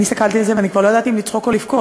אני הסתכלתי על זה ואני לא ידעתי אם לצחוק או לבכות.